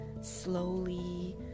slowly